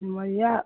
Simaria